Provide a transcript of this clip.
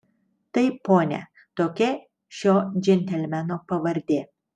taip pone tokia šio džentelmeno pavardė